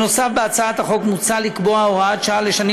נוסף על כך מוצע בהצעת החוק לקבוע הוראות שעה לשנים